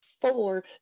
four